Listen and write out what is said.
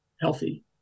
healthy